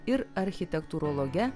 ir architektūrologe